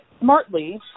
smartly